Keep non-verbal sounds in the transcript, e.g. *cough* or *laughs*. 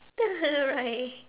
*laughs* right